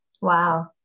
Wow